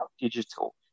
digital